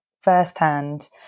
firsthand